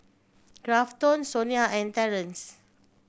Grafton Sonya and Terance